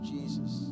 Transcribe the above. Jesus